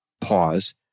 pause